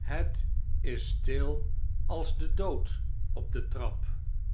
het is stil als de dood op de trap